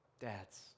Dads